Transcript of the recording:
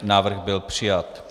Návrh byl přijat.